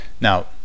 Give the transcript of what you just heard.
Now